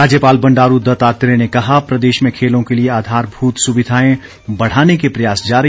राज्यपाल बंडारू दत्तात्रेय ने कहा प्रदेश में खेलों के लिए आधारभूत सुविधाएं बढ़ाने के प्रयास जारी